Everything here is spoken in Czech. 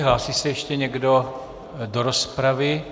Hlásí se ještě někdo do rozpravy?